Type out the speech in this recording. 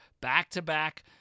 back-to-back